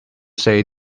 say